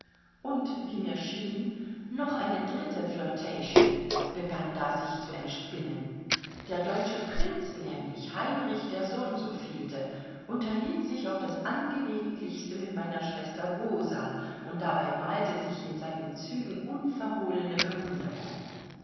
und wie mir schien noch eine dritte flirtation begann da sich zu entspinnen der deutsche prinz nämlich heinrich der so und so vielte unterhielt sich auf das angelegentlichste mit meiner schwester rosa und dabei malte sich in seinen zügen unverhohlene bewunderung